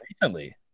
recently